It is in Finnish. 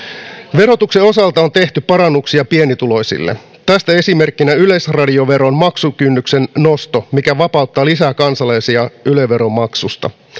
verotuksen osalta on tehty parannuksia pienituloisille tästä esimerkkinä yleisradioveron maksukynnyksen nosto mikä vapauttaa lisää kansalaisia yle veron maksusta